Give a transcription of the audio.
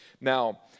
Now